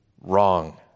wrong